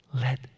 Let